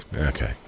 okay